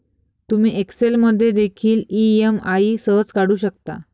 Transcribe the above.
तुम्ही एक्सेल मध्ये देखील ई.एम.आई सहज काढू शकता